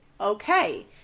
okay